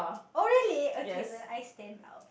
oh really okay then I stand out